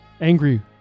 angry